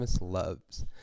loves